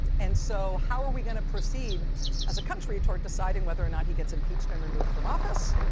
and so how are we going to proceed as a country toward deciding whether or not he gets impeached and removed from office?